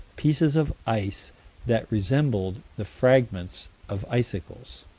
pieces of ice that resembled the fragments of icicles.